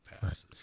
passes